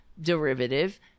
derivative